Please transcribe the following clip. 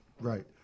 Right